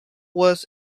was